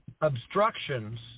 obstructions